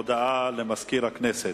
הודעה לסגנית מזכיר הכנסת.